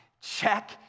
Check